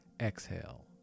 Exhale